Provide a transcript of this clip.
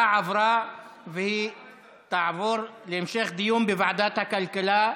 ההצעה עברה, והיא תעבור להמשך דיון בוועדת הכלכלה.